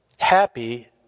Happy